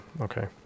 okay